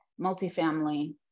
multifamily